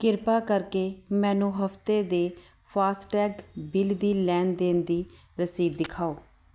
ਕਿਰਪਾ ਕਰਕੇ ਮੈਨੂੰ ਹਫ਼ਤੇ ਦੇ ਫਾਸਟੈਗ ਬਿੱਲ ਦੀ ਲੈਣ ਦੇਣ ਦੀ ਰਸੀਦ ਦਿਖਾਓ